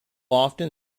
often